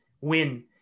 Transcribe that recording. win